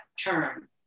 term